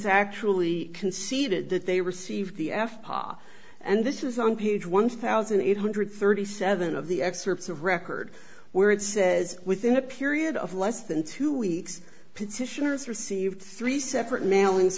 roshan's actually conceded that they received the f and this is on page one thousand eight hundred and thirty seven dollars of the excerpts of record where it says within a period of less than two weeks petitioners received three separate mailings